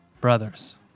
Brothers